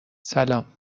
سلام